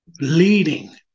leading